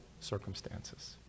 circumstances